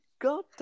God